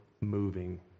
moving